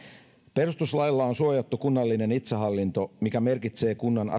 perustuslailla on suojattu kunnallinen itsehallinto mikä merkitsee kunnan